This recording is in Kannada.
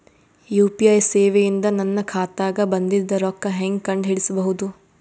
ಯು.ಪಿ.ಐ ಸೇವೆ ಇಂದ ನನ್ನ ಖಾತಾಗ ಬಂದಿದ್ದ ರೊಕ್ಕ ಹೆಂಗ್ ಕಂಡ ಹಿಡಿಸಬಹುದು?